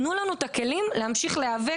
תנו לנו את הכלים להמשיך להיאבק.